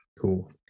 Cool